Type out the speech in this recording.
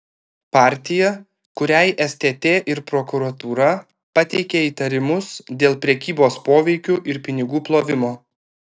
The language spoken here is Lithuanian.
partija kuriai stt ir prokuratūra pateikė įtarimus dėl prekybos poveikiu ir pinigų plovimo